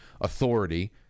authority